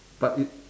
but it